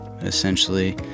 essentially